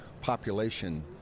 population